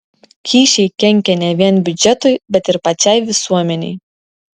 kyšiai kenkia ne vien biudžetui bet ir pačiai visuomenei